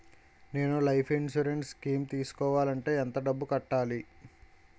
నేను life insurance scheme తీసుకోవాలంటే ఎంత డబ్బు కట్టాలి?